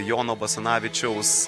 jono basanavičiaus